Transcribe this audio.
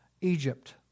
Egypt